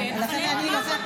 כן, אבל מה את רוצה?